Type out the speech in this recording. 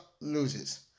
loses